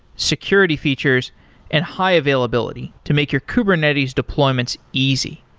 security features and high availability to make your kubernetes deployments easy.